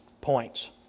points